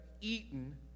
eaten